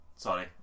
Sorry